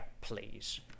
please